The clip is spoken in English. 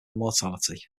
immortality